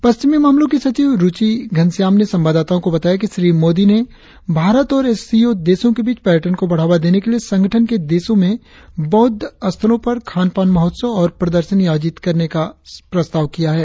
पश्चिमी मामलों की सचिव रुचि घनश्याम ने संवाददाताओं को बताया कि श्री मोदी ने भारत और एस सी ओ देशों के बीच पर्यटन को बढ़ावा देने के लिए संगठन के देशों में बौद्ध स्थलों पर खान पान महोत्सव और प्रदर्शनी आयोजित करने का प्रस्ताव किया है